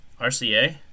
RCA